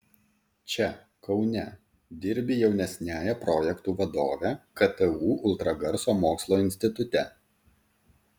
čia kaune dirbi jaunesniąja projektų vadove ktu ultragarso mokslo institute